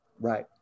Right